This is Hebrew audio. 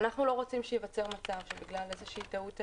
אנחנו לא רוצים שייווצר מצב שבגלל איזושהי טעות אנוש,